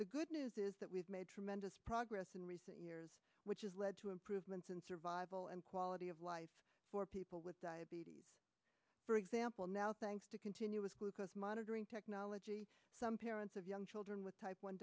the good news is that we've made tremendous progress in recent years which has lead to improvements in survival and quality of life for people with diabetes for example now thanks to continuous glucose monitoring technology some parents of young children with type one